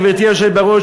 גברתי היושבת בראש,